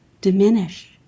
diminish